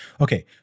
Okay